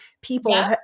people